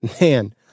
Man